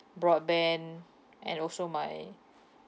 broadband and also my